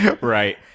Right